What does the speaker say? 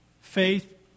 Faith